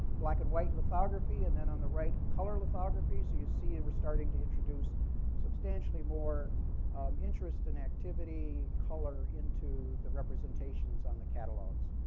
black and white lithography and then, on the right, color lithography. so you see, we're starting to introduce substantially more interest and activity and color into the representations on the catalogs.